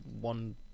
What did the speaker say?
one